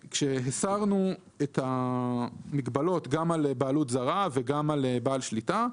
כשהסרנו את המגבלות גם על בעלות זרה וגם על בעל שליטה.